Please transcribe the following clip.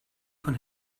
von